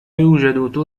يوجد